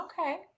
Okay